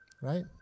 Right